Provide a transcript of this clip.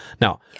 Now